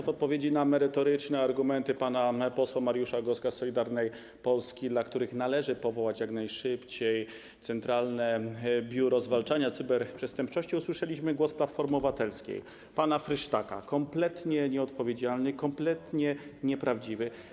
W odpowiedzi na merytoryczne argumenty pana posła Mariusza Goska z Solidarnej Polski, z powodu których należy powołać jak najszybciej Centralne Biuro Zwalczania Cyberprzestępczości, usłyszeliśmy głos Platformy Obywatelskiej, pana Frysztaka, kompletnie nieodpowiedzialny, kompletnie nieprawdziwy.